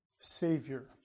Savior